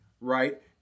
right